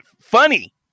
funny